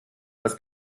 was